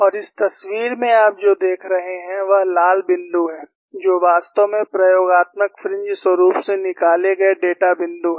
और इस तस्वीर में आप जो देख रहे हैं वह लाल बिंदु है जो वास्तव में प्रयोगात्मक फ्रिंज स्वरुप से निकाले गए डेटा बिंदु हैं